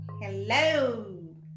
Hello